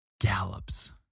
Gallops